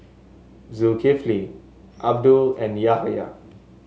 Zulkifli Abdul and Yahaya